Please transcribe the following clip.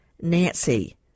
nancy